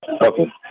Okay